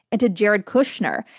into jared kushner,